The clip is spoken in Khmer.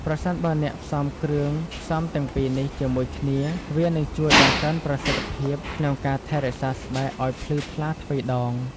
ប្រសិនបើអ្នកផ្សំគ្រឿងផ្សំទាំងពីរនេះជាមួយគ្នា វានឹងជួយបង្កើនប្រសិទ្ធភាពក្នុងការថែរក្សាស្បែកឲ្យភ្លឺថ្លាទ្វេដង។